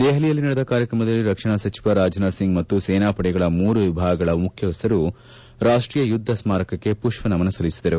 ದೆಹಲಿಯಲ್ಲಿ ನಡೆದ ಕಾರ್ಯಕ್ರಮದಲ್ಲಿ ರಕ್ಷಣಾ ಸಚಿವ ರಾಜನಾಥ್ ಸಿಂಗ್ ಮತ್ತು ಸೇನಾ ಪಡೆಗಳ ಮೂರು ವಿಭಾಗಗಳ ಉಪಮುಖ್ಯಸ್ಥರು ರಾಷ್ಟೀಯ ಯುದ್ದ ಸ್ಮಾರಕಕ್ಕೆ ಪುಷ್ವನಮನ ಸಲ್ಲಿಸಿದರು